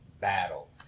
battle